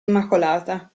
immacolata